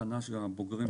ההכנה של הבוגרים שלנו.